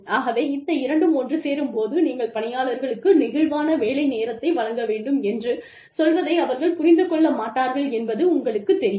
ஆகவே இந்த இரண்டும் ஒன்று சேரும்போது நீங்கள் பணியாளர்களுக்கு நெகிழ்வான வேலை நேரத்தை வழங்க வேண்டும் என்று சொல்வதை அவர்கள் புரிந்து கொள்ள மாட்டார்கள் என்பது உங்களுக்குத் தெரியும்